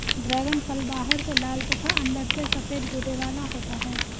dragon फल बाहर से लाल तथा अंदर से सफेद गूदे वाला होता है